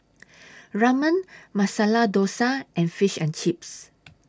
Ramen Masala Dosa and Fish and Chips